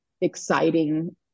exciting